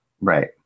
Right